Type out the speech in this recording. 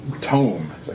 tome